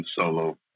solo